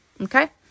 okay